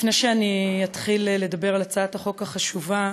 לפני שאתחיל לדבר על הצעת החוק החשובה,